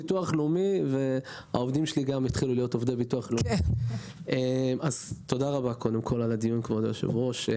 קודם כול, תודה רבה על הדיון, כבוד היושבת-ראש.